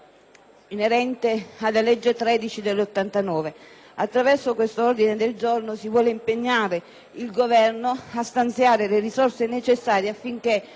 inerente alla legge n. 13 del 1989. Attraverso questo ordine del giorno si vuole impegnare il Governo a stanziare le risorse necessarie affinché